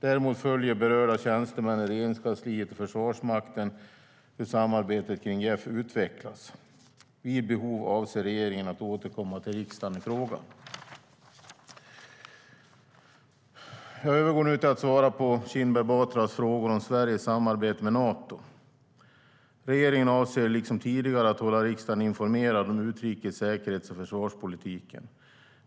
Däremot följer berörda tjänstemän i Regeringskansliet och Försvarsmakten hur samarbetet kring JEF utvecklas. Vid behov avser regeringen att återkomma till riksdagen i frågan. Jag övergår nu till att svara på Kinberg Batras frågor om Sveriges samarbete med Nato. Regeringen avser liksom tidigare att hålla riksdagen informerad om utrikes, säkerhets och försvarspolitiken.